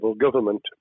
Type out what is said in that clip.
government